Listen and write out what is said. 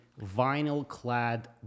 vinyl-clad